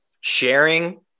sharing